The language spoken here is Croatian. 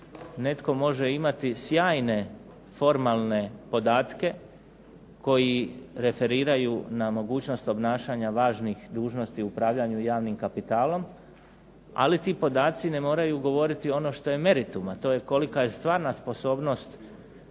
netko može imati sjajne formalne podatke koji referiraju na mogućnost ponašanja važnih dužnosti u upravljanju javnim kapitalom ali ti podaci ne moraju govoriti ono što je meritum, a to je kolika je stvarna sposobnost